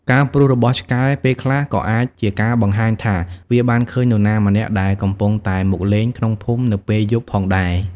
ការព្រុសរបស់ឆ្កែពេលខ្លះក៏អាចជាការបង្ហាញថាវាបានឃើញនរណាម្នាក់ដែលកំពុងតែមកលេងក្នុងភូមិនៅពេលយប់ផងដែរ។